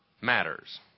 matters